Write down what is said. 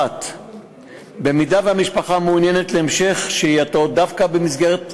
1. במידה שהיא מעוניינת בהמשך שהייתו דווקא במסגרת זו,